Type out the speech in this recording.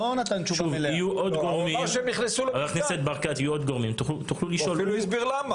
חבר הכנסת ברקת, יהיו עוד גורמים ותוכלו לשאול.